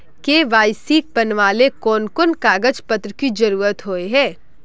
KYC बनावेल कोन कोन कागज पत्र की जरूरत होय है?